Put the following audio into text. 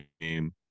game